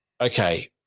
okay